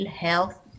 health